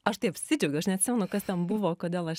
aš tai apsidžiaugiau aš neatsimenu kas ten buvo kodėl aš